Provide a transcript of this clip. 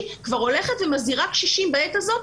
כבר הולכת ומזהירה קשישים בעת הזאת.